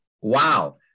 wow